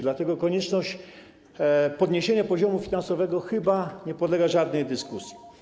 Dlatego konieczność podniesienia poziomu finansowego chyba nie podlega żadnej dyskusji.